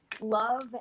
Love